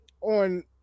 on